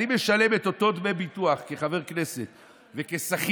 אני משלם את אותם דמי ביטוח כחבר כנסת וכשכיר,